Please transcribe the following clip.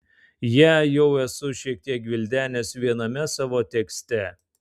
ją jau esu šiek tiek gvildenęs viename savo tekste